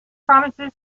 promises